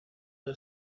del